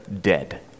dead